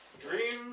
Dream